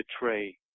betray